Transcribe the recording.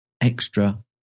extra